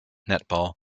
netball